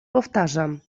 powtarzam